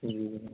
جی